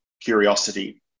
curiosity